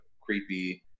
creepy